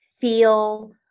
feel